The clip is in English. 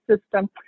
system